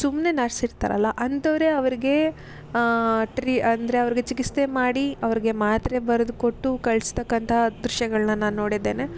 ಸುಮ್ಮನೆ ನರ್ಸ್ ಇರ್ತಾರಲ್ಲ ಅಂತವರೇ ಅವರಿಗೆ ಟ್ರಿ ಅಂದರೆ ಅವರಿಗೆ ಚಿಕಿತ್ಸೆ ಮಾಡಿ ಅವರಿಗೆ ಮಾತ್ರೆ ಬರೆದುಕೊಟ್ಟು ಕಳಿಸ್ತಕ್ಕಂತಹ ದೃಶ್ಯಗಳನ್ನ ನಾ ನೋಡಿದ್ದೇನೆ